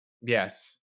yes